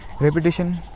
Repetition